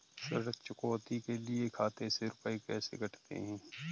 ऋण चुकौती के लिए खाते से रुपये कैसे कटते हैं?